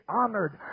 honored